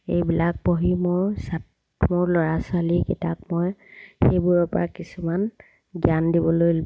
এইবিলাক পঢ়ি মোৰ ছাত্ৰ ল'ৰা ছোৱালীকেইটাক মই সেইবোৰৰপৰা কিছুমান জ্ঞান দিবলৈ